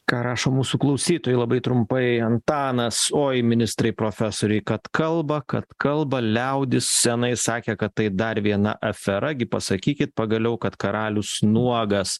ką rašo mūsų klausytojai labai trumpai antanas oi ministrai profesoriai kad kalba kad kalba liaudis scenoj sakė kad tai dar viena afera gi pasakykit pagaliau kad karalius nuogas